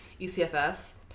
ecfs